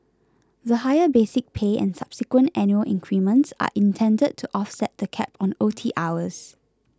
the higher basic pay and subsequent annual increments are intended to offset the cap on O T hours